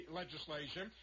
legislation